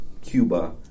Cuba